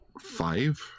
five